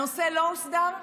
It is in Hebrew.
הנושא לא הוסדר,